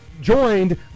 joined